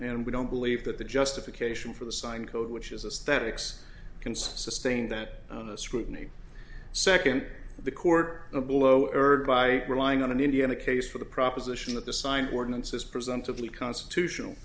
and we don't believe that the justification for the sign code which is a statics can sustain that scrutiny second the court below urged by relying on an indiana case for the proposition that the sign ordinances presumptively constitutional